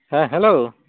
ᱦᱮᱸ ᱦᱮᱞᱳ